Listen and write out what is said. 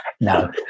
No